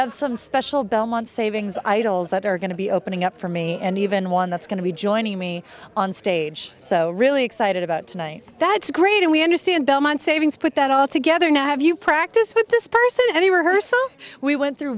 have some special belmont savings idols that are going to be opening up for me and even one that's going to be joining me on stage so really excited about tonight that's great and we understand belmont savings put that all together now have you practiced with this person any rehearsal we went through